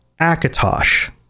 akatosh